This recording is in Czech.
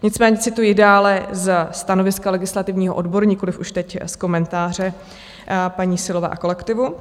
Nicméně cituji dále ze stanoviska legislativního odboru, nikoliv už teď z komentáře paní Syllové a kolektivu: